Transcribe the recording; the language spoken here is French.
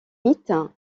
mythe